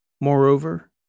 Moreover